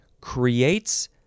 creates